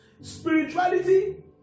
Spirituality